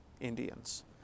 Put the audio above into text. Indians